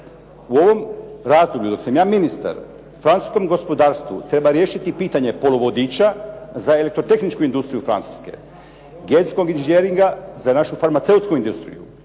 u ovom razdoblju dok sam ja ministar francuskom gospodarstvu treba riješiti pitanje poluvodiča za elektrotehničku industriju Francuske, genetskog inženjeringa za našu farmaceutsku industriju